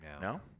No